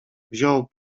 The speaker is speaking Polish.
wziął